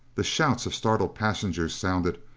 the shouts of startled passengers sounded,